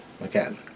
Again